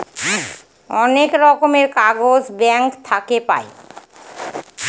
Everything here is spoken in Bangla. অনেক রকমের কাগজ ব্যাঙ্ক থাকে পাই